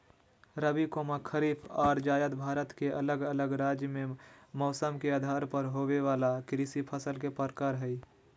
रबी, खरीफ आर जायद भारत के अलग अलग राज्य मे मौसम के आधार पर होवे वला कृषि फसल के प्रकार हय